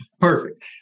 Perfect